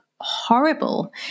horrible